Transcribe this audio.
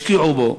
וישקיעו בו